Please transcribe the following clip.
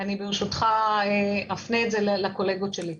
ברשותך אפנה את זה לקולגות שלי.